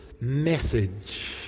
message